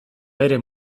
bere